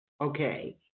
Okay